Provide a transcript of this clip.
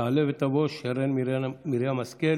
תעלה ותבוא שרן מרים השכל,